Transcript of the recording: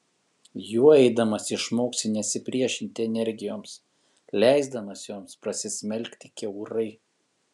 juo eidamas išmoksi nesipriešinti energijoms leisdamas joms prasismelkti kiaurai